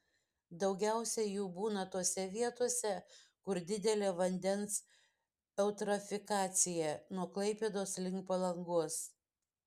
daugiausiai jų būna tose vietose kur didelė vandens eutrofikacija nuo klaipėdos link palangos